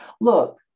Look